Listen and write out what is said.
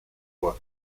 год